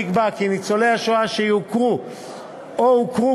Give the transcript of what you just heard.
נקבע כי ניצולי השואה שיוכרו או שהוכרו